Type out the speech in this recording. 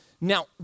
Now